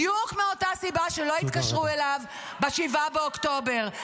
בדיוק מאותה סיבה שלא התקשרו אליו ב-7 באוקטובר.